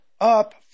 up